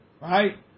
Right